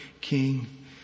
king